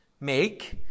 make